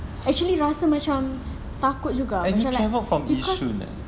actually rasa macam takut juga macam like because